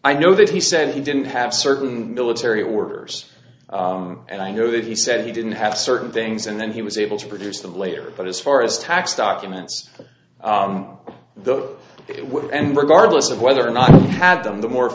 i know that he said he didn't have certain military orders and i know that he said he didn't have certain things and then he was able to produce them later but as far as tax documents for those it would end regardless of whether or not i had them the more